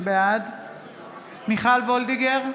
בעד מיכל וולדיגר,